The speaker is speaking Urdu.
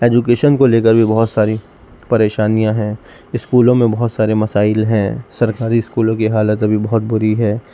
ایجوکیشن کو لے کر بھی بہت ساری پریشانیاں ہیں اسکولوں میں بہت سارے مسائل ہیں سرکاری اسکولوں کی حالت ابھی بہت بری ہے